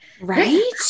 right